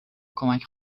کمک